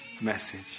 message